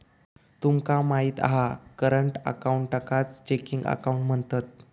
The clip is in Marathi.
तुमका माहित हा करंट अकाऊंटकाच चेकिंग अकाउंट म्हणतत